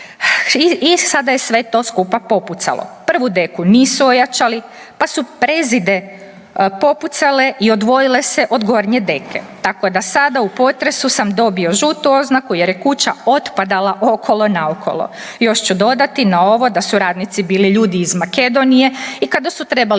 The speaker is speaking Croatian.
i sada je sve to skupa popucalo. Prvu deku nisu ojačali, pa su prezide popucale i odvojile se od gornje deke tako da sada u potresu sam dobio žutu oznaku jer je kuća otpadala okolo naokolo. Još ću dodati na ovo da su radnici bili ljudi iz Makedonije i kada su trebali